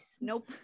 nope